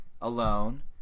alone